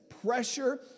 Pressure